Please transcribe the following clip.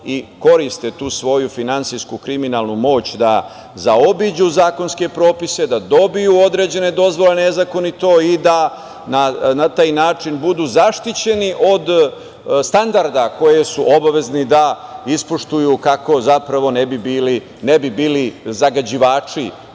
i koriste tu svoju finansijsku kriminalnu moć da zaobiđu zakonske propise, da dobiju određene dozvole nezakonito i da na taj način budu zaštićeni od standarda koje su obavezni da ispoštuju kako zapravo ne bi bili zagađivači